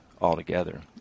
altogether